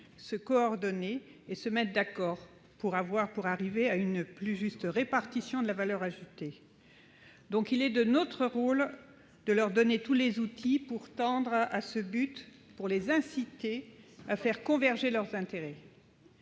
se coordonner et se mettre d'accord pour parvenir à une plus juste répartition de la valeur ajoutée. Donc, il est de notre rôle de leur donner tous les outils pour tendre vers ce but, pour les inciter à faire converger leurs intérêts.